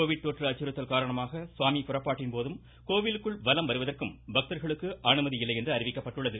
Covid தொற்று அச்சுறுத்தல் காரணமாக சுவாமி புறப்பாட்டின்போதும் கோவிலுக்குள் வலம் வருவதற்கும் பக்தர்களுக்கு அனுமதி இல்லை என்று அறிவிக்கப்பட்டுள்ளது